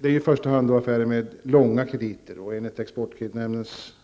Det är i första hand affärer med långa krediter -- enligt exportkreditnämndens